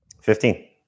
Fifteen